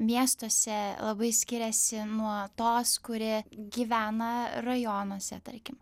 miestuose labai skiriasi nuo tos kurie gyvena rajonuose tarkim